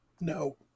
No